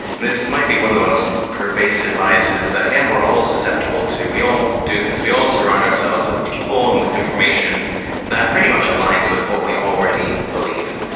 and this might be one of the most pervasive biases that, again, we are all susceptible to, we all do this, we all surround ourselves with people and with information that pretty much aligns with what we already believe.